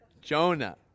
Jonah